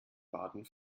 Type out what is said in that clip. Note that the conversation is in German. baden